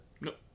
Nope